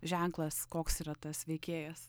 ženklas koks yra tas veikėjas